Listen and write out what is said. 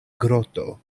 groto